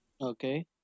Okay